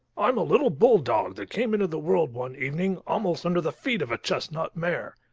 i'm a little bull-dog that came into the world one evening, almost under the feet of a chestnut mare.